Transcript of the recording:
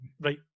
right